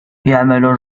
يعمل